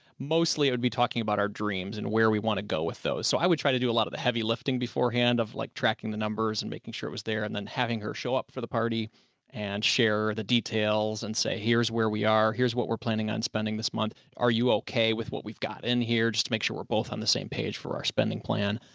mostly it would be talking about our dreams and where we want to go with those. so i would try to do a lot of the heavy lifting beforehand of like tracking the numbers and making sure it was there, and then having her show up for the party and share the details and say, here's where we are. here's what we're planning on spending this month. are you okay with what we've got in here? just to make sure we're both on the same page for our spending plan?